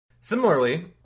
Similarly